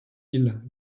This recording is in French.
îles